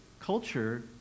culture